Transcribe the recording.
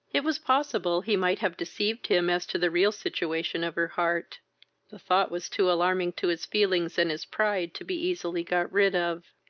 it was possible he might have deceived him as to the real situation of her heart the thought was too alarming to his feelings and his pride to be easily got rid of.